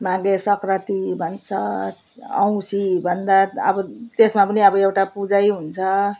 माघे सङ्क्रान्ति भन्छ औँसी भन्दा अब त्यसमा पनि अब एउटा पूजै हुन्छ